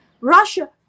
Russia